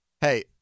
Hey